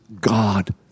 God